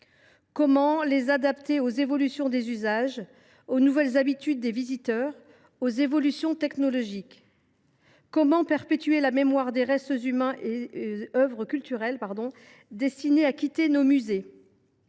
Comment les adapter aux évolutions des usages, aux nouvelles habitudes des visiteurs, aux évolutions technologiques ? Comment perpétuer la mémoire des restes humains et œuvres culturelles destinés à quitter nos musées ?